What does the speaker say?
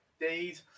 indeed